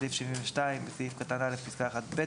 בסעיף 72 - בסעיף קטן (א), פסקה (1ב)